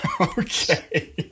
okay